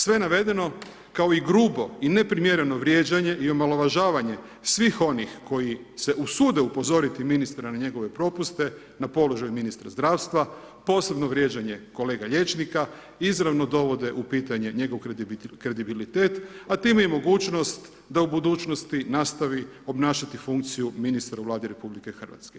Sve navedeno kao i grubo i neprimjereno vrijeđanje i omalovažavanje svih onih koji se usude upozoriti ministra na njegove propuste, na položaj ministra zdravstva, posebno vrijeđanje kolega liječnika, izravno dovode u pitanje njegov kredibilitet a time i mogućnost da u budućnosti nastavi obnašati funkciju ministra u Vladi RH.